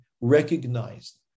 recognized